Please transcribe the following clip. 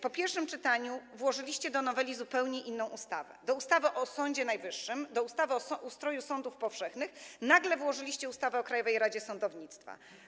Po pierwszym czytaniu włożyliście do noweli zupełnie inną ustawę, do ustawy o Sądzie Najwyższym, do ustawy o ustroju sądów powszechnych nagle włożyliście ustawę o Krajowej Radzie Sądownictwa.